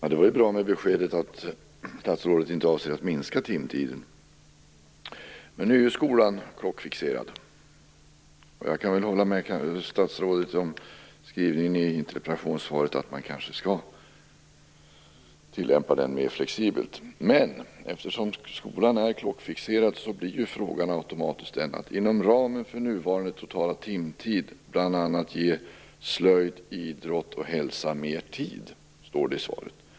Fru talman! Det var bra med beskedet att statsrådet inte avser att minska timtiden. Men skolan är nu en gång klockfixerad. Jag kan hålla med statsrådet om skrivningen i interpellationssvaret att man kanske skall tillämpa den mer flexibelt. Men eftersom skolan är klockfixerad uppkommer automatiskt en fråga. I svaret står: "inom ramen för nuvarande totala timtid bl.a. ger slöjd och idrott och hälsa mer tid".